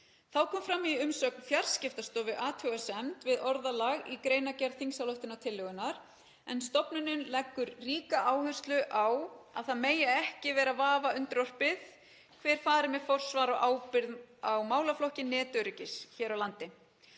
Þá kom fram í umsögn Fjarskiptastofu athugasemd við orðalag í greinargerð þingsályktunartillögunnar en stofnunin leggur ríka áherslu á að það megi ekki vera vafa undirorpið hver fari með forsvar og ábyrgð á málaflokki netöryggis hér á landi.